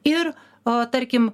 ir o tarkim